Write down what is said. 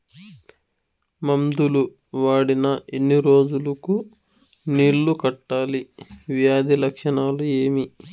మందులు వాడిన ఎన్ని రోజులు కు నీళ్ళు కట్టాలి, వ్యాధి లక్షణాలు ఏమి?